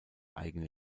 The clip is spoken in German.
eigene